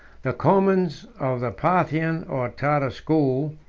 the comans, of the parthian or tartar school,